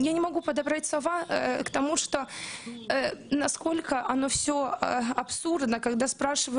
אני לא יכולה למצוא את המילים לכך שזה כל כך אבסורדי כאשר שואלים בסדר,